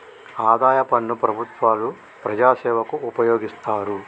ఆదాయ పన్ను ప్రభుత్వాలు ప్రజాసేవకు ఉపయోగిస్తారు